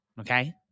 Okay